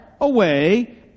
away